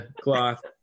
cloth